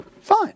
fine